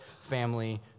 Family